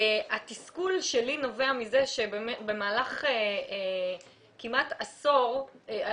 התסכול שלי נובע מזה שבמהלך כמעט עשור היה